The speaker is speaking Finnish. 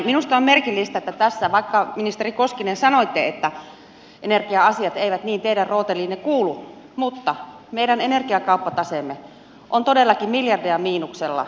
minusta on merkillistä että tässä vaikka ministeri koskinen sanoitte että energia asiat eivät niin teidän rooteliinne kuulu meidän energiakauppataseemme on todellakin miljardeja miinuksella